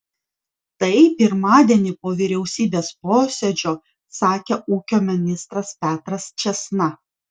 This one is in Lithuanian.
tai pirmadienį po vyriausybės posėdžio sakė ūkio ministras petras čėsna